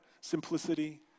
simplicity